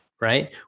Right